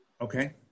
Okay